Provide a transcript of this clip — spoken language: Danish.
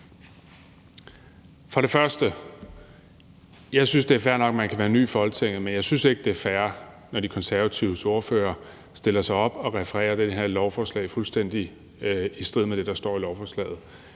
sige, at jeg synes, det er fair nok, at man kan være ny i Folketinget, men jeg synes ikke, det er fair, når De Konservatives ordfører stiller sig op og refererer det her lovforslag fuldstændig i strid med det, der står i lovforslaget.